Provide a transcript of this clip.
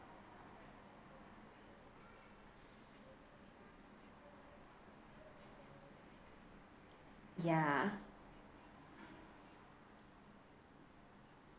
ya